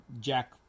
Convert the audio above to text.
Jack